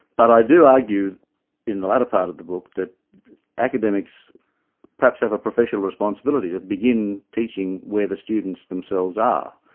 but i do argue in the latter part of the book, that academics perhaps have a professional responsibility of begin teaching where the students themselves are.